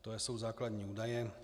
To jsou základní údaje.